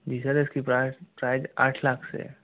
जी sir इस की price price आठ लाख से है